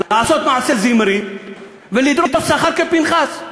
לעשות מעשה זמרי ולדרוש שכר כפנחס.